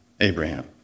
Abraham